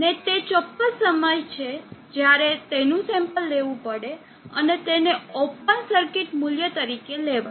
ને તે ચોક્કસ સમય છે જ્યારે તેનું સેમ્પલ લેવું પડે અને તેને ઓપન સર્કિટ મૂલ્ય તરીકે લેવાય